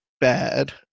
bad